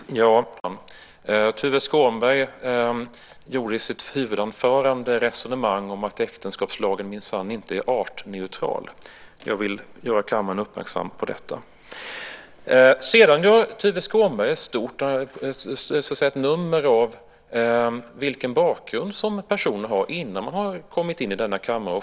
Herr talman! Tuve Skånberg förde i sitt huvudanförande resonemang om att äktenskapslagen minsann inte är artneutral. Jag vill göra kammaren uppmärksam på detta. Sedan gör Tuve Skånberg ett nummer av vilken bakgrund en person har innan man har kommit in i denna kammare.